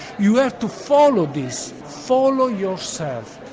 you have to follow this, follow yourself.